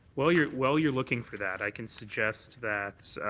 while you're while you're looking for that, i can suggest that.